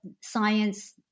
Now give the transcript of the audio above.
science